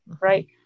Right